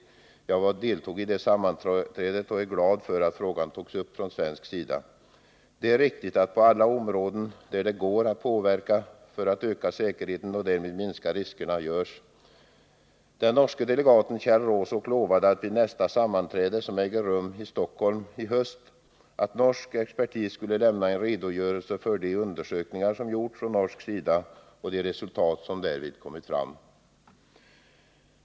Jag deltog i detta sammanträde och är glad för att frågan togs upp från svensk sida. Det är riktigt att man på alla områden gör vad man kan för att öka säkerheten och därmed minska riskerna. Den norska delegaten Kjell Raasokk lovade att vid nästa sammanträde, som äger rum i Stockholm i höst, norsk expertis skulle lämna en redogörelse för de undersökningar som gjorts från norsk sida och de resultat som därvid kommit fram.